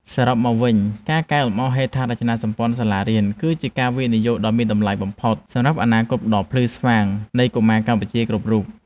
សរុបមកវិញ ការកែលម្អហេដ្ឋារចនាសម្ព័ន្ធសាលារៀន គឺជាការវិនិយោគដ៏មានតម្លៃបំផុតសម្រាប់អនាគតដ៏ភ្លឺស្វាងនៃកុមារកម្ពុជាគ្រប់រូប។